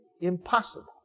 impossible